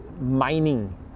mining